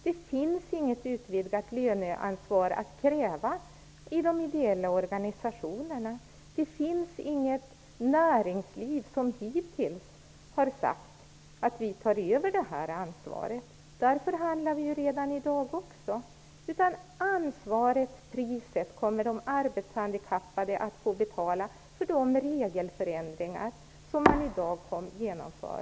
Det finns inget utvidgat löneansvar att utkräva av de ideella organisationerna. Det finns inget näringsliv som hittills har sagt att man tar över detta ansvar. Där förhandlar vi redan i dag. De arbetshandikappade kommer att få betala priset för de regelförändringar som man i dag genomför.